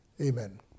Amen